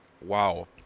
Wow